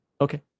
Okay